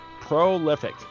prolific